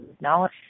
knowledge